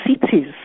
cities